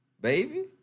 baby